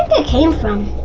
it came from?